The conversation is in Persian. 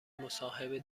مصاحبه